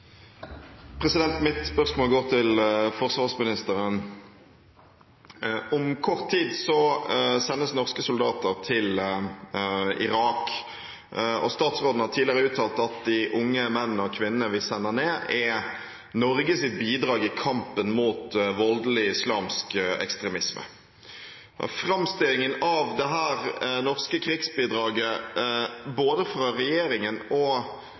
hovedspørsmål. Mitt spørsmål går til forsvarsministeren. Om kort tid sendes norske soldater til Irak, og statsråden har tidligere uttalt at de unge menn og kvinner vi sender ned, er Norges bidrag i kampen mot voldelig islamsk ekstremisme. Framstillingen av dette norske krigsbidraget både fra regjeringen og